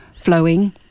flowing